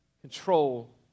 control